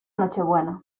nochebuena